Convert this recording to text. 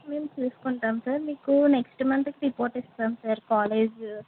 మేము చూసుకుంటాం సార్ మీకు నెక్స్ట్ మంత్కి రిపోర్ట్ ఇస్తాం సార్ కాలేజు